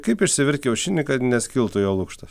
kaip išsivirt kiaušinį kad neskiltų jo lukštas